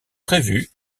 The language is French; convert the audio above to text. prévue